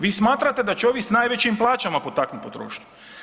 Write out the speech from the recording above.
Vi smatrate da će ovi s najvećim plaćama potaknuti potrošnju.